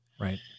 Right